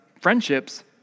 friendships